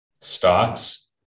stocks